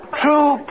true